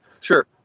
sure